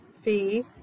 Fee